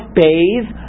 bathe